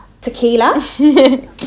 tequila